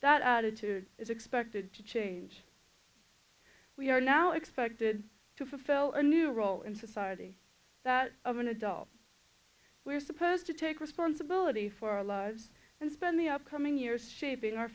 that attitude is expected to change we are now expected to fulfill a new role in society that of an adult we are supposed to take responsibility for our lives and spend the upcoming years shaping our